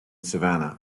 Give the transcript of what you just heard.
savannah